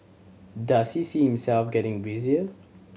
does he see himself getting busier